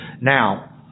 Now